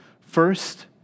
First